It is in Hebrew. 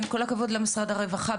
כל הכבוד למשרד הרווחה.